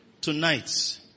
Tonight